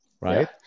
right